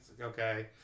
Okay